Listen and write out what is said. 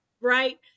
right